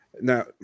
Now